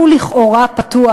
והוא לכאורה פתוח,